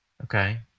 okay